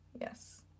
Yes